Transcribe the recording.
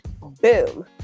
Boom